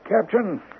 Captain